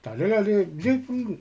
tak ada lah dia dia pun